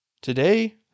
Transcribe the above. Today